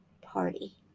Party